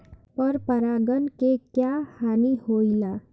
पर परागण से क्या हानि होईला?